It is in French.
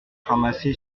ramassé